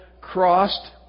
crossed